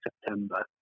September